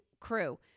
Crew